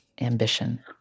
ambition